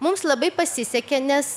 mums labai pasisekė nes